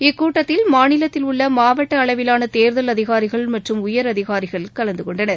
இக்கூட்டத்தில் மாநிலத்தில் உள்ளமாவட்டஅளவிலாளதேர்தல் அதிகாரிகள் மற்றும் உயர் அதிகாரிகள் கலந்துகொண்டனர்